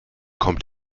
kommt